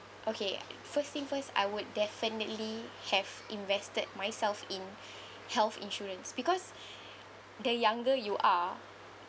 okay first thing first I would definitely have invested myself in health insurance because the younger you are